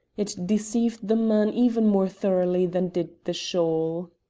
it deceived the man even more thoroughly than did the shawl.